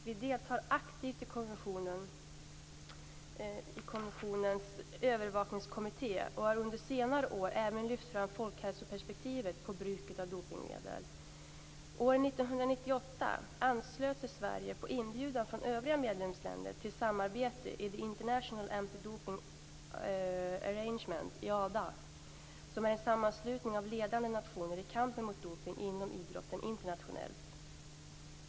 Vi deltar aktivt i konventionens övervakningskommitté och har under senare år även lyft fram folkhälsoperspektivet på bruket av dopningsmedel. År 1998 anslöt sig Sverige på inbjudan från övriga medlemsländer till samarbetet i The International Anti-Doping Arrangement som är en sammanslutning av ledande nationer i kampen mot dopning inom idrotten internationellt.